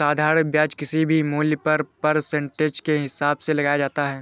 साधारण ब्याज किसी भी मूल्य पर परसेंटेज के हिसाब से लगाया जाता है